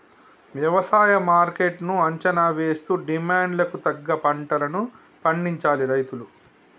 వ్యవసాయ మార్కెట్ ను అంచనా వేస్తూ డిమాండ్ కు తగ్గ పంటలను పండించాలి రైతులు